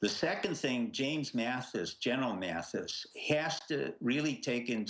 the second thing james mathis general mathis has to really take in